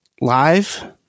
live